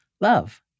love